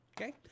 Okay